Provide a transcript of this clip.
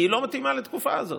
כי היא לא מתאימה לתקופה הזאת.